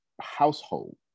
household